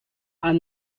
are